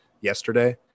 Yesterday